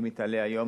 אם היא תעלה היום,